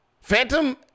Phantom